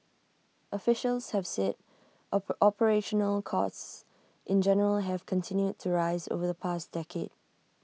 officials have said ope operational costs in general have continued to rise over the past decade